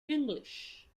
english